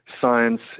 science